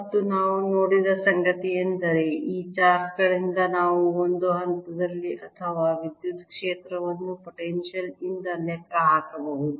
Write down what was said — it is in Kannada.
ಮತ್ತು ನಾವು ನೋಡಿದ ಸಂಗತಿಯೆಂದರೆ ಈ ಚಾರ್ಜ್ ಗಳಿಂದ ನಾವು ಒಂದು ಹಂತದಲ್ಲಿ ಅಥವಾ ವಿದ್ಯುತ್ ಕ್ಷೇತ್ರವನ್ನು ಪೊಟೆನ್ಶಿಯಲ್ ಇಂದ ಲೆಕ್ಕ ಹಾಕಬಹುದು